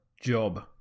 job